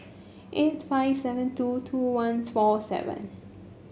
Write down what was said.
eight five seven two two once four seven